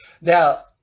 Now